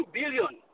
billion